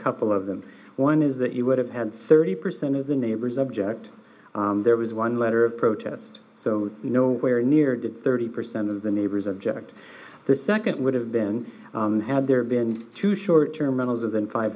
couple of them one is that you would have had thirty percent of the neighbors object there was one letter of protest so no where near did thirty percent of the neighbors object this second would have been had there been two short term metals of than five